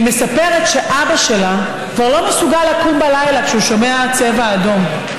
היא מספרת שאבא שלה כבר לא מסוגל לקום בלילה כשהוא שומע צבע אדום.